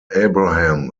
abraham